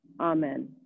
Amen